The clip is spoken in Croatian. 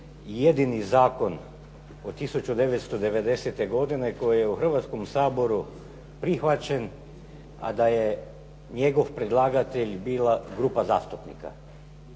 jedini zakon od 1990. godine koji je u Hrvatskom saboru prihvaćen a da je njegov predlagatelj bila grupa zastupnika.